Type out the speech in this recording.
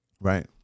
right